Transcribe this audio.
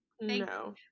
no